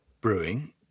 brewing